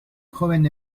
joven